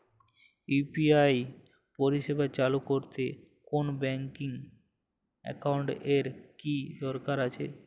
UPI পরিষেবা চালু করতে কোন ব্যকিং একাউন্ট এর কি দরকার আছে?